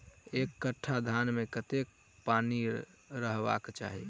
एक कट्ठा धान मे कत्ते पानि रहबाक चाहि?